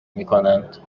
میکنند